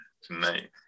tonight